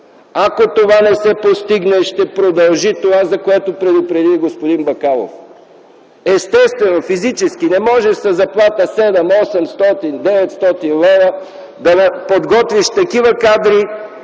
Ако това не се постигне, ще продължи онова, за което предупреди и господин Бакалов. Естествено физически не може със заплата 700-800-900 лв. да подготвиш такива кадри,